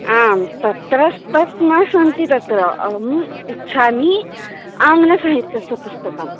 आं तत्र स्तत् न सन्ति तत्र अहम् इच्छामि आङ्ग्लसाहित्यस्य पुस्तकम्